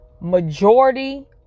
majority